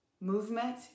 Movement